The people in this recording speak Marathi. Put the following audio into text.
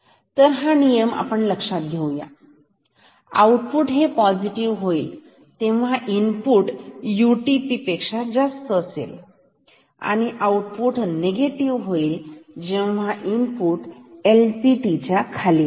तर हा नियम आपण लक्षात घेऊ या आऊटपुट हे पॉझिटिव्ह होईल जेव्हा इनपुट यूटीपी पेक्षा जास्त असेल आणि आऊटपुट निगेटिव्ह होईल जेव्हा इनपुट एलटीपी च्या खाली असेल